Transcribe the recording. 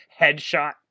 headshot